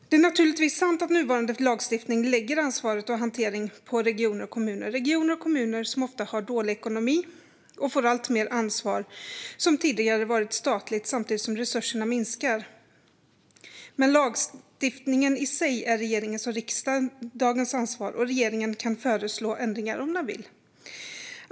Det är naturligtvis sant att nuvarande lagstiftning lägger ansvaret och hanteringen på regioner och kommuner - regioner och kommuner som ofta har dålig ekonomi och som får alltmer ansvar, som tidigare varit statligt, samtidigt som resurserna minskar. Men lagstiftningen i sig är regeringens och riksdagens ansvar, och regeringen kan föreslå ändringar om den vill.